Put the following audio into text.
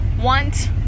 want